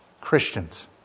Christians